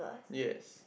yes